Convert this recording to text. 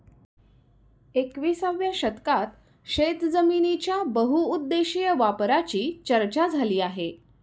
एकविसाव्या शतकात शेतजमिनीच्या बहुउद्देशीय वापराची चर्चा झाली आहे